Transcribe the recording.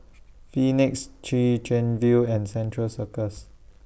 Phoenix Chwee Chian View and Central Circus